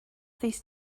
these